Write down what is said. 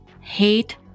Hate